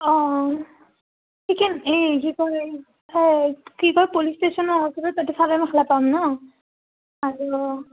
অঁ ঠিকে এই কি কয় এই কি কয় পুলিচ ষ্টেচনৰ ওচৰত তাতে চাদৰ মেখেলা পাম নহ্ আৰু